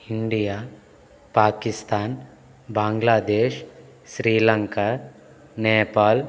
India Pakistan Bangladesh Sri Lanka Nepal